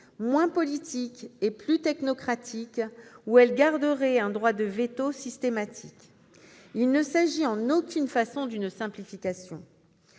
moins politique et plus technocratique, où elle garderait un droit de veto systématique. Il ne s'agit en aucune façon d'une simplification.